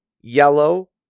yellow